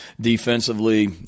defensively